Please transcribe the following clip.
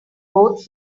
both